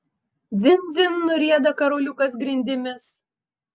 dzin dzin nurieda karoliukas grindimis